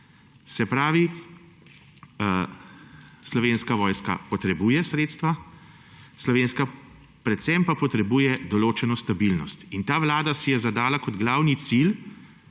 potrebni. Slovenska vojska potrebuje sredstva, predvsem pa potrebuje določeno stabilnost. Ta vlada si je zadala za glavni cilj,